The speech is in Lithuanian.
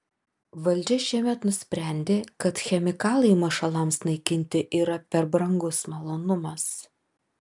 valdžia šiemet nusprendė kad chemikalai mašalams naikinti yra per brangus malonumas